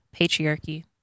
patriarchy